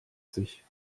sich